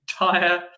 entire